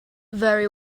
very